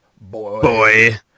Boy